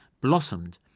blossomed